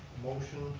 motion,